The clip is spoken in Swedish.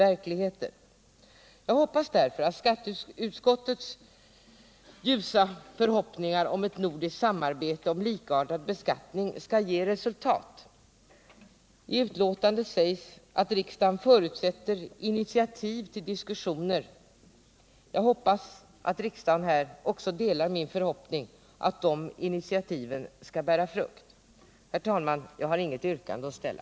Jag hoppas därför att skatteutskottets ljusa förhoppningar om ett nordiskt samarbete om likartad beskattning skall ge resultat. I betänkandet sägs att utskottet förutsätter att regeringen tar initiativ till diskussioner. Jag hoppas att riksdagen också delar min förhoppning att de initiativen skall bära frukt. Herr talman! Jag har inget yrkande att ställa.